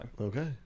okay